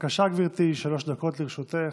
בבקשה, גברתי, שלוש דקות לרשותך.